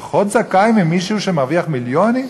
פחות זכאי ממישהו שמרוויח מיליונים?